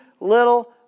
little